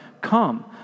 come